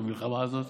במלחמה הזאת.